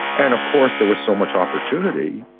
and of course there was so much opportunity.